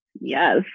Yes